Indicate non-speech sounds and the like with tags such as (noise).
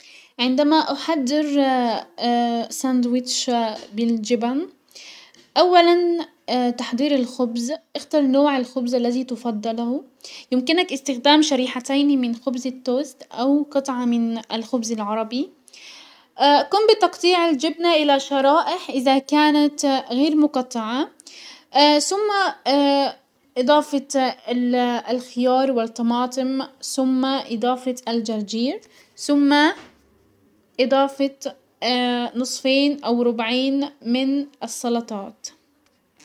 عندما احضر (hesitation) سندوتش بالجبن، اولا (hesitation) تحضير الخبز، اختر نوع الخبز الزي تفضله. يمكنك استخدام شريحتين من خبز التوست او قطعة من الخبز العربي، (hesitation) قم بتقطيع الجبنة الى شرائح ازا كانت غير مقطعة، (hesitation) سم (hesitation) اضافة الخيار والطماطم سم اضافة الجرجير سم اضافة (hesitation) نصفين او ربعين من السلطات.